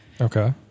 Okay